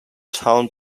town